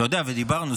אתה יודע, דיברנו.